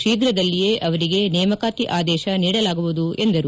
ತೀಪ್ರದಲ್ಲಿಯೇ ಅವರಿಗೆ ನೇಮಕಾತಿ ಆದೇಶ ನೀಡಲಾಗುವುದು ಎಂದರು